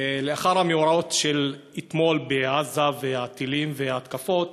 לאחר המאורעות של אתמול בעזה, והטילים וההתקפות,